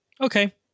Okay